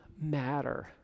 matter